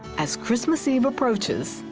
as christmas eve approaches,